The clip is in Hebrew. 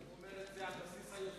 הוא אומר את זה על בסיס היוזמה,